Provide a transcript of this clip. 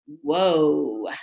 whoa